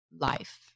life